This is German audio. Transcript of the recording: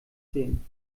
sehen